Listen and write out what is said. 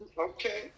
okay